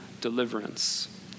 deliverance